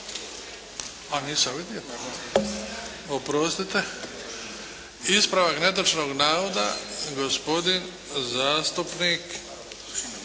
Nisam vidio, oprostite. Ispravak netočnog navoda, gospodin zastupnik